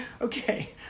Okay